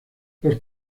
los